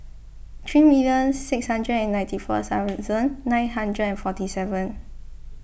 three million six hundred and ninety four thousand nine hundred and forty seven